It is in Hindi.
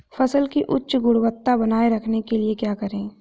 फसल की उच्च गुणवत्ता बनाए रखने के लिए क्या करें?